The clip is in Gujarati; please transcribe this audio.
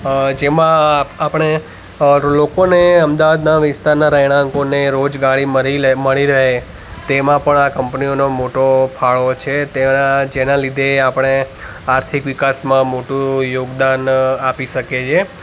અ જેમાં આપણે લોકોને અમદાવાદના વિસ્તારોના રહેણાંકોને રોજગારી મરી લે મળી રહે તેમાં પણ આ કંપનીઓનો મોટો ફાળો છે તેના જેનાં લીધે આપણે આર્થિક વિકાસમાં મોટું યોગદાન આપી શકીએ છીએ